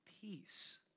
peace